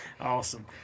awesome